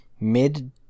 mid